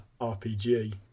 RPG